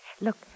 Look